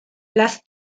las